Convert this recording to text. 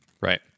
Right